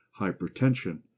hypertension